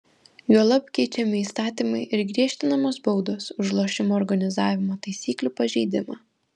juolab keičiami įstatymai ir griežtinamos baudos už lošimo organizavimo taisyklių pažeidimą